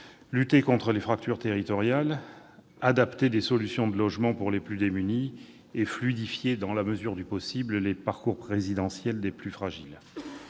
lutter contre les fractures territoriales, d'adapter des solutions de logement pour les plus démunis et de fluidifier, dans la mesure du possible, les parcours résidentiels des plus fragiles.